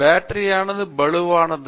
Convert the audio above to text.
பேட்டரியானது பளுவானது